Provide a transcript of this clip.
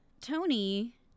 Tony